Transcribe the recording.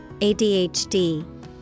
ADHD